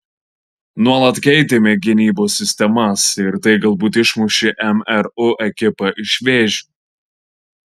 nuolat keitėme gynybos sistemas ir tai galbūt išmušė mru ekipą iš vėžių